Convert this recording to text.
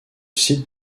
site